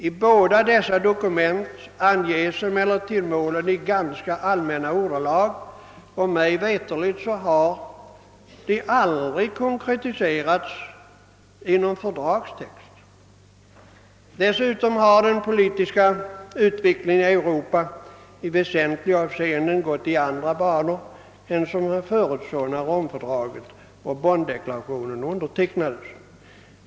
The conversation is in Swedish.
I båda dessa dokument anges emellertid målen i ganska allmänna ordalag, och mig veterligt har de aldrig konkretiserats i någon fördragstext. Dessutom har den politiska utvecklingen i Europa i väsentliga avseenden gått i andra banor än man förutsåg när Romfördraget och Bonndeklarationen undertecknades.